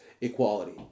equality